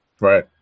right